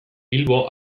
bilbo